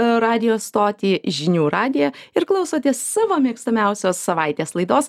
radijo stotį žinių radiją ir klausotės savo mėgstamiausios savaitės laidos